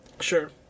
Sure